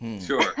Sure